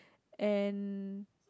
and